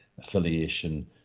affiliation